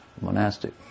monastic